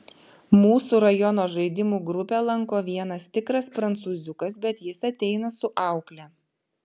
mūsų rajono žaidimų grupę lanko vienas tikras prancūziukas bet jis ateina su aukle